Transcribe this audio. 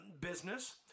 business